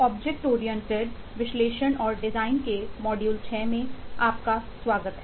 object oriented विश्लेषण और design के मॉड्यूल 6 में आपका स्वागत है